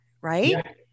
right